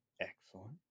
Excellent